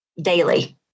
daily